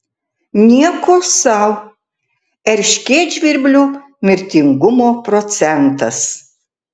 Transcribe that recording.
nieko sau erškėtžvirblių mirtingumo procentas